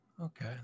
Okay